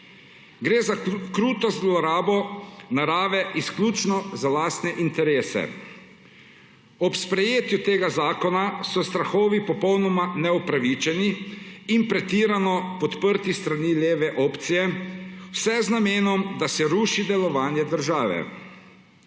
Gre za kruto zlorabo narave izključno za lastne interese. Ob sprejetju tega zakona so strahovi popolnoma neupravičeni in pretirano podprti s strani leve opcije, vse z namenom, da se ruši delovanje države.